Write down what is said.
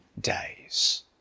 days